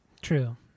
True